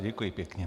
Děkuji pěkně.